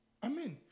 Amen